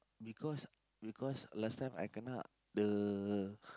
because because last time I kena the